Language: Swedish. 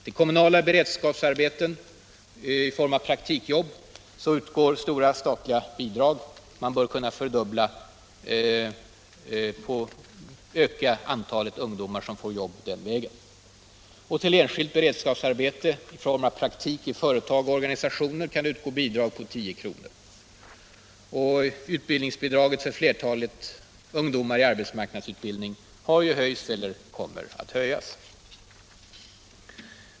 Till kommunala beredskapsarbeten i form av praktikjobb utgår stora statliga bidrag. Man bör kunna öka antalet ungdomar som får jobb den vägen. Till enskilt beredskapsarbete i form av praktik i företag och organisationer kan utgå bidrag på 10 kr. Utbildningsbidraget för flertalet ungdomar i arbetsmarknadsutbildning har höjts eller kommer att höjas.